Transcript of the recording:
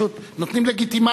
פשוט נותנים לגיטימציה,